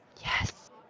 Yes